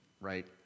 right